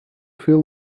feel